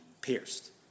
pierced